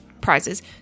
prizes